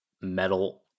metal